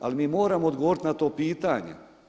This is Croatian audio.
Ali mi moramo odgovoriti na to pitanje.